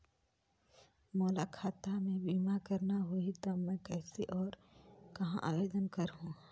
मोला खाता मे बीमा करना होहि ता मैं कइसे और कहां आवेदन करहूं?